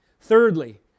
Thirdly